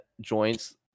joints